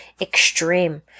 extreme